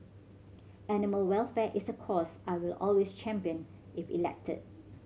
animal welfare is a cause I will always champion if elected